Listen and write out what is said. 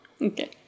Okay